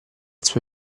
suo